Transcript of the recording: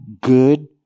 good